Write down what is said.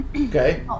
Okay